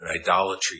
idolatry